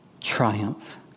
triumph